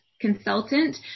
consultant